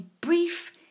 brief